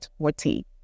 14